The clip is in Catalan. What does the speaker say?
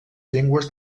llengües